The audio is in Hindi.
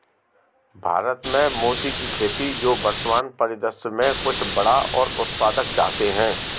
भारत में मोती की खेती जो वर्तमान परिदृश्य में कुछ बड़ा और उत्पादक चाहते हैं